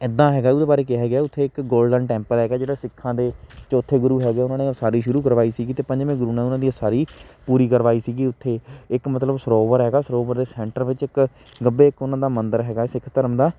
ਇੱਦਾਂ ਹੈਗਾ ਉਹਦੇ ਬਾਰੇ ਕਿਹਾ ਗਿਆ ਉੱਥੇ ਇੱਕ ਗੋਲਡਨ ਟੈਂਪਲ ਹੈਗਾ ਜਿਹੜਾ ਸਿੱਖਾਂ ਦੇ ਚੌਥੇ ਗੁਰੂ ਹੈਗੇ ਉਹਨਾਂ ਨੇ ਉਸਾਰੀ ਸ਼ੁਰੂ ਕਰਵਾਈ ਸੀਗੀ ਅਤੇ ਪੰਜਵੇਂ ਗੁਰੂ ਨੇ ਉਹਨਾਂ ਦੀ ਉਸਾਰੀ ਪੂਰੀ ਕਰਵਾਈ ਸੀਗੀ ਉੱਥੇ ਇੱਕ ਮਤਲਬ ਸਰੋਵਰ ਹੈਗਾ ਸਰੋਵਰ ਦੇ ਸੈਂਟਰ ਵਿੱਚ ਇੱਕ ਗੱਭੇ ਇੱਕ ਉਹਨਾਂ ਦਾ ਮੰਦਰ ਹੈਗਾ ਸਿੱਖ ਧਰਮ ਦਾ